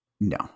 No